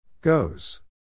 Goes